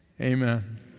Amen